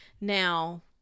Now